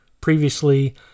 previously